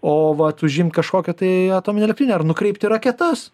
o vat užimt kažkokią tai atominę elektrinę ar nukreipti raketas